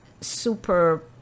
super